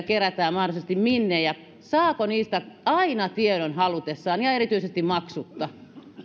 kerätään ja minne ja saako niistä aina tiedon halutessaan ja erityisesti maksutta